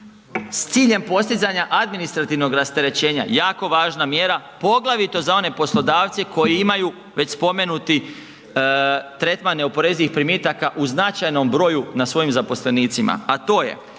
s ciljem postizanja administrativnog rasterećenja, jako važna mjera poglavito za one poslodavce koji imaju već spomenuti tretman neoporezivih primitaka u značajnom broju na svojim zaposlenicima, a to je,